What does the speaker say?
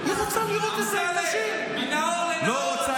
היא רוצה לראות את זה עם נשים, לא רוצה